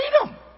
freedom